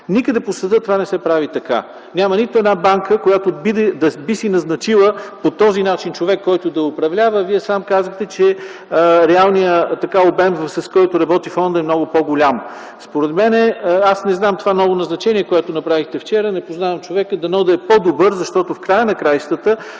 никъде по света това не се прави така. Няма нито една банка, която би си назначила по този начин човек, който да я управлява. Вие сам казахте, че реалният обем, с който работи фондът, е много по-голям. Аз не знам - това ново назначение, което направихте вчера, не познавам човека. Дано да е по-добър, защото тук става